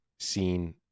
seen